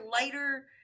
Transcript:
lighter